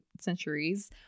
centuries